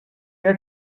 had